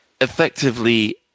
effectively